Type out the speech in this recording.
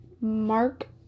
Mark